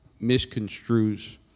misconstrues